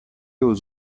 aux